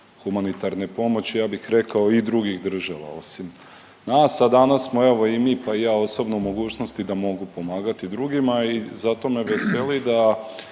Hvala vam